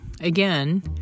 Again